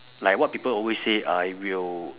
like what people always say I will